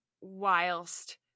whilst